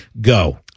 go